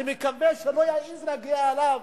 אני מקווה שלא יעז להגיע אליה,